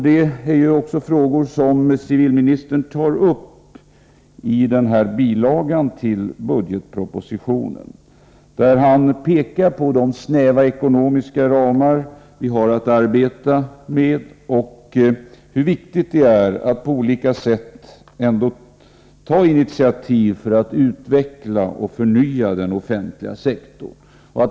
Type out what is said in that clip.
Dessa frågor tar också civilministern upp. Han pekar på de snäva ekonomiska ramar som vi har att arbeta inom och hur viktigt det är att på olika sätt ändå ta initiativ för att utveckla och förnya den offentliga sektorn.